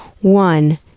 One